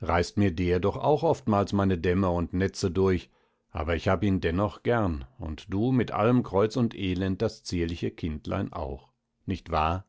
reißt mir der doch auch oftmals meine dämme und netze durch aber ich hab ihn dennoch gern und du mit allem kreuz und elend das zierliche kindlein auch nicht wahr